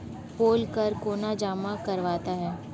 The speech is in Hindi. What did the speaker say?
पोल कर कौन जमा करवाता है?